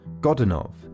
Godunov